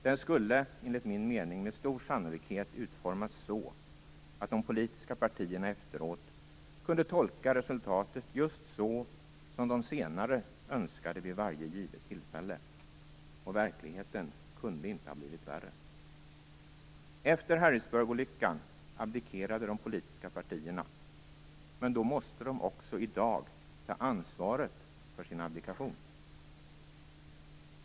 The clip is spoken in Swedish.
Den skulle enligt min mening med stor sannolikhet utformas så att de politiska partierna efteråt kunde tolka resultatet just så som de senare önskade vid varje givet tillfälle. Verkligheten kunde inte ha blivit värre. Efter Harrisburgolyckan abdikerade de politiska partierna, men då måste de också i dag ta ansvaret för sin abdikation.